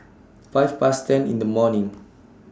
five Past ten in The morning